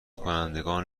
کنندگان